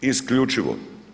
Isključivo.